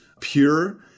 pure